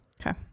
Okay